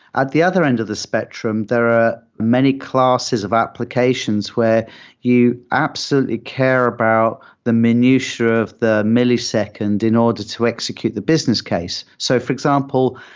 at the other end of the spectrum, there are many classes of applications where you absolutely care about the minutia of the millisecond in order to execute the business case. so for example,